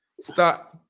start